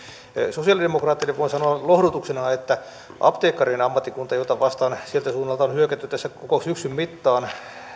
sosialidemokraateille voin sanoa lohdutuksena että apteekkarien ammattikunta jota vastaan sieltä suunnalta on hyökätty tässä koko syksyn mittaan